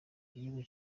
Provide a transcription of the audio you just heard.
igihugu